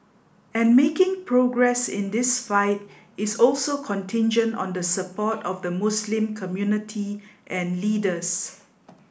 and making progress in this fight is also contingent on the support of the Muslim community and leaders